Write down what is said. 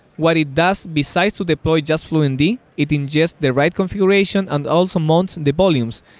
what it does besides to deploy just fluentd, it ingests the right configuration and also mounts and the volumes,